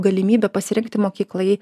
galimybė pasirinkti mokyklai